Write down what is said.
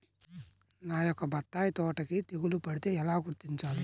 నా యొక్క బత్తాయి తోటకి తెగులు పడితే ఎలా గుర్తించాలి?